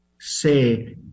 say